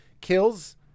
kills